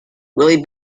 willie